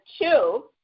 two